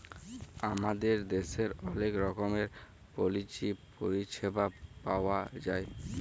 আমাদের দ্যাশের অলেক রকমের পলিচি পরিছেবা পাউয়া যায়